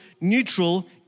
neutral